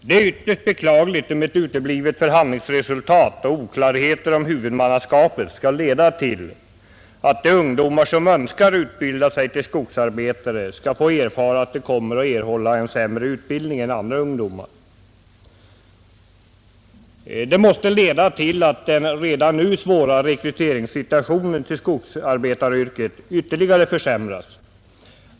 Det är ytterst beklagligt om ett uteblivet förhandlingsresultat och oklarheter om huvudmannaskapet skall leda till att de ungdomar som önskar utbilda sig till skogsarbetare skall få erfara att de kommer att erhålla en sämre utbildning än andra ungdomar. Det måste leda till att den redan nu svåra situationen när det gäller rekrytering till skogsarbetaryrket ytterligare försämras.